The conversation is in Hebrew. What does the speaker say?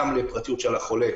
גם לפרטיות של החולה,